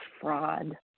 fraud